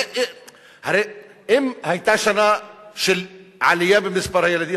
הרי אם היתה שנה של עלייה במספר הילדים,